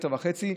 מטר וחצי,